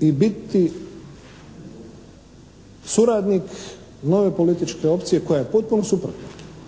i biti suradnik nove političke opcije koja je potpuno suprotna